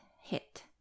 hit